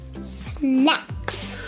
Snacks